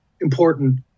important